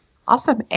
Awesome